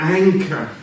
anchor